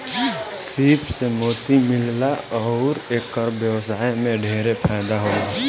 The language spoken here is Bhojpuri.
सीप से मोती मिलेला अउर एकर व्यवसाय में ढेरे फायदा होला